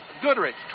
Goodrich